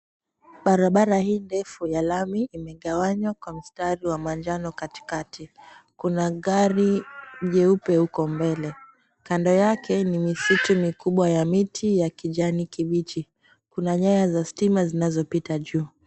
Barabara hii ndefu ya lami imegawanywa kwa mistari wa manjano katikati. Kuna gari jeupe huko mbele. Kando yake ni misitu mikubwa ya miti ya kijani kibichi. Kuna nyaya za stima zinazopita juu.